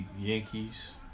Yankees